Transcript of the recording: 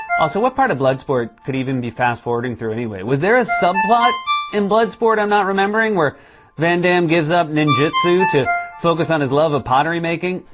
also, what part of bloodsport could even be fast-forwarding through anyway? was there a subplot in bloodsport i'm not remembering where van damme gives up ninjitsu to focus on his love of pottery making?